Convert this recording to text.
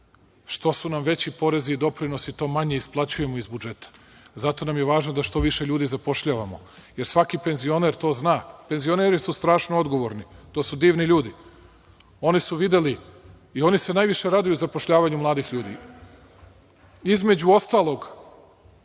Što su nam veći porezi i doprinosi, to manje isplaćujemo iz budžeta. Zato nam je važno da što više ljudi zapošljavamo, jer svaki penzioner to zna, penzioneri su strašno odgovorni, to su divni ljudi, oni su videli i oni se najviše raduju zapošljavanju mladih ljudi, između ostalog,